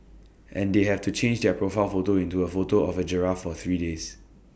and they have to change their profile photo into A photo of A giraffe for three days